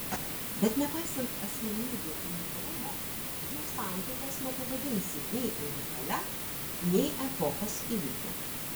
bet nepaisant asmenybių unikalumo jų santuokos nepavadinsi nei unikalia nei epochos įvykiu